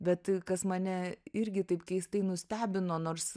bet kas mane irgi taip keistai nustebino nors